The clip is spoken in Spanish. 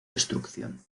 destrucción